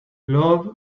love